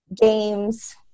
games